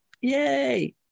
yay